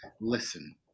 Listen